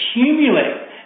accumulate